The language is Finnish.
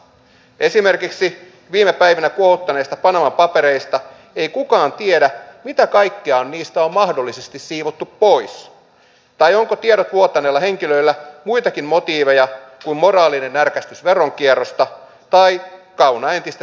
esimerkiksi viime päivinä kuohuttaneista panama papereista ei kukaan tiedä mitä kaikkea niistä on mahdollisesti siivottu pois tai onko tiedot vuotaneella henkilöllä muitakin motiiveja kuin moraalinen närkästys veronkierrosta tai kauna entistä työnantajaa kohtaan